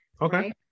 okay